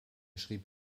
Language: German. schrieb